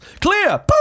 Clear